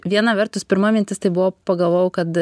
viena vertus pirma mintis tai buvo pagalvojau kad